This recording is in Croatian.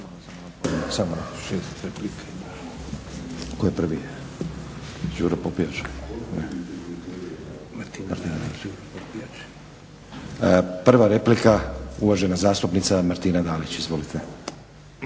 Prva replika, uvažena zastupnica Martina Dalić. Izvolite.